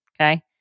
okay